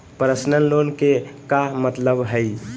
Personal loan के का मतलब हई?